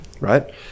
right